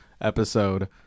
episode